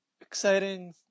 exciting